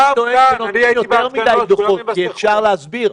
אף פעם אין יותר מדי דוחות כי אפשר להסביר,